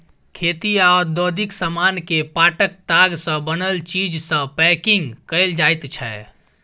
खेती आ औद्योगिक समान केँ पाटक ताग सँ बनल चीज सँ पैंकिग कएल जाइत छै